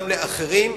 גם לאחרים,